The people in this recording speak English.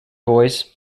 boys